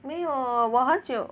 没有我很久